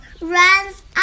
runs